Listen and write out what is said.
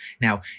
Now